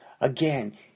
Again